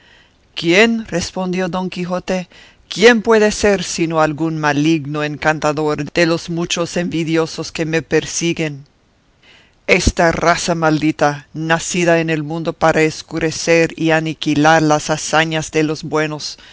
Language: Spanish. quién respondió don quijote quién puede ser sino algún maligno encantador de los muchos invidiosos que me persiguen esta raza maldita nacida en el mundo para escurecer y aniquilar las hazañas de los buenos